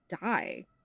die